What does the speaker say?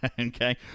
Okay